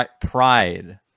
pride